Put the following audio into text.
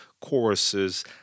choruses